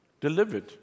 delivered